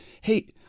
hey